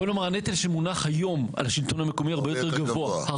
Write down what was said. בוא נאמר הנטל שמונח היום על השלטון המקומי הרבה יותר גבוה.